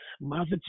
Mother